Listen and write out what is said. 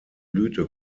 blüte